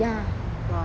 ya